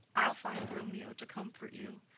i'll find romeo to comfort you.